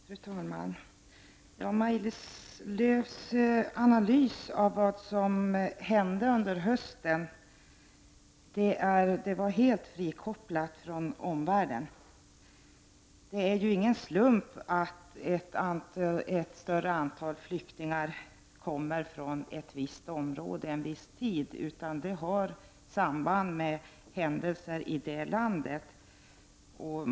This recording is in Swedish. Fru talman! Maj-Lis Lööws analys av det som hände här under hösten var helt frikopplad från omvärlden. Det är ju ingen slump att ett större antal flyktingar kommer från ett visst område en viss tid — det har samband med händelser i det landet.